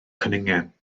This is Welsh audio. cwningen